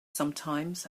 sometimes